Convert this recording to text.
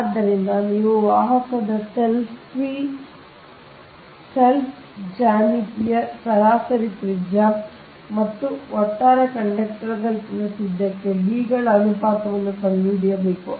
ಆದ್ದರಿಂದ ನೀವು ವಾಹಕದ selfಸೆಲ್ಫ್ ಜ್ಯಾಮಿತೀಯ ಸರಾಸರಿ ತ್ರಿಜ್ಯ ಮತ್ತು ಒಟ್ಟಾರೆ ಕಂಡಕ್ಟರ್ ತ್ರಿಜ್ಯಕ್ಕೆ D ಗಳ ಅನುಪಾತವನ್ನು ಕಂಡುಹಿಡಿಯಬೇಕು